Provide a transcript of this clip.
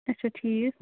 اچھا ٹھیٖک